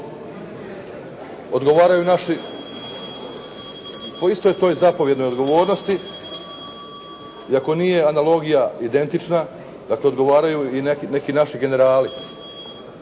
odgovaraju naši. Po istoj toj zapovjednoj odgovornosti, iako nije analogija identična, dakle odgovaraju i neki naši generali.